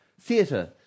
theatre